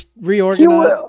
reorganize